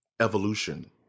evolution